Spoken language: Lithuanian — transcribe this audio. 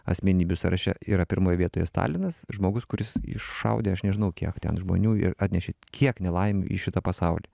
asmenybių sąraše yra pirmoje vietoje stalinas žmogus kuris išaudė aš nežinau kiek ten žmonių ir atnešė kiek nelaimių į šitą pasaulį